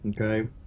Okay